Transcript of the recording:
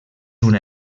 una